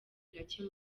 gacye